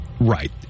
Right